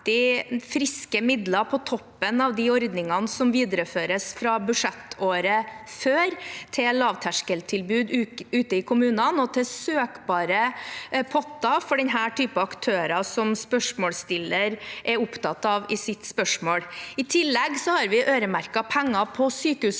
friske midler, på toppen av de ordningene som videreføres fra budsjettåret før, til lavterskeltilbud ute i kommunene og til søkbare potter for denne typen aktører som spørsmålsstilleren er opptatt av i sitt spørsmål. I tillegg har vi øremerket penger på sykehusrammen